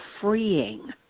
freeing